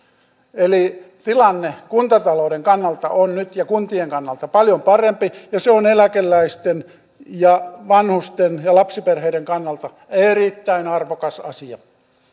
eli tilanne kuntatalouden ja kuntien kannalta on nyt paljon parempi ja se on eläkeläisten ja vanhusten ja lapsiperheiden kannalta erittäin arvokas asia